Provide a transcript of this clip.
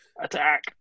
attack